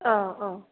औ औ